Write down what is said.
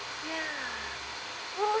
ya oh